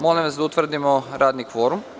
Molim vas da utvrdimo radni kvorum.